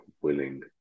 Willing